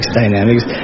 dynamics